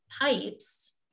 pipes